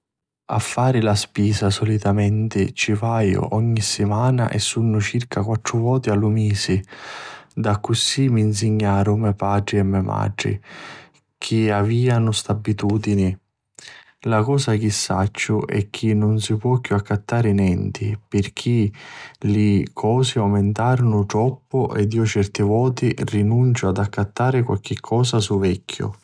a fari la spisa solitamenti ci vaiu ogni simana e sunnu circa quattru voti a lu misi. d'accussì mi nsignaru me patri e me matri chi avianu st'abutudini. La cosa chi sacciu è chi nun si po chiù accattari nenti pirchì li cosi aumintaru troppu ed iu certi voti rinunciu a ccattari qualchi cosa suverchiu